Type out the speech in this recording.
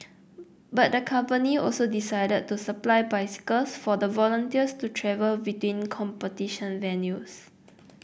but the company also decided to supply bicycles for the volunteers to travel between competition venues